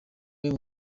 niwe